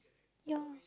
ya